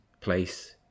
place